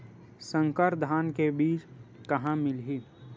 संकर धान के बीज कहां मिलही?